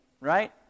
right